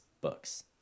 books